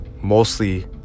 mostly